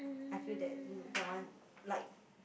I feel that that one like